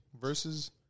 versus